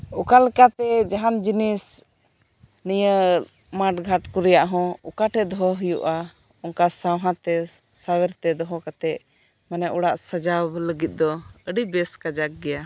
ᱚᱠᱟᱞᱮᱠᱟᱛᱮ ᱡᱟᱦᱟᱱ ᱡᱤᱱᱤᱥ ᱱᱤᱭᱟᱹ ᱢᱟᱴᱜᱷᱟᱴ ᱠᱩ ᱨᱮᱭᱟᱜ ᱦᱚᱸ ᱚᱠᱟᱴᱷᱮᱡ ᱫᱚᱦᱚ ᱦᱩᱭᱩᱜᱼᱟ ᱚᱱᱠᱟ ᱥᱟᱶᱦᱟᱛᱮ ᱥᱟᱣᱮᱨᱛᱮ ᱫᱚᱦᱚ ᱠᱟᱛᱮᱜ ᱢᱟᱱᱮ ᱚᱲᱟᱜ ᱥᱟᱡᱟᱣ ᱫᱚᱦᱚ ᱞᱟᱹᱜᱤᱫ ᱫᱚ ᱟᱹᱰᱤ ᱵᱮᱥ ᱠᱟᱡᱟᱜ ᱜᱤᱭᱟ